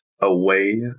away